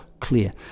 clear